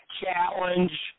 challenge